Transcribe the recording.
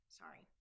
sorry